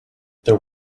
there